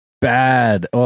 bad